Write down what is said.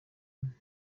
nta